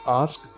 ask